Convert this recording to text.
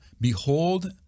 behold